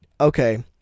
okay